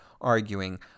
arguing